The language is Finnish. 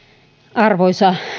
arvoisa